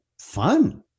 fun